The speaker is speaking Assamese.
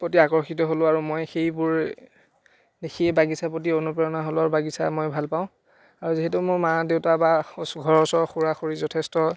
প্ৰতি আকৰ্ষিত হ'লোঁ আৰু মই সেইবোৰ সেই বাগিছাৰ প্ৰতি অনুপ্ৰেৰণা হ'লোঁ আৰু বাগিছা মই ভাল পাওঁ আৰু যিহেতু মোৰ মা দেউতা বা ঘৰৰ ওচৰৰ খুৰা খুৰী যথেষ্ট